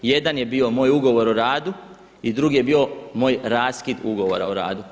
Jedan je bio moj ugovor o radu i drugi je bio moj raskid ugovora o radu.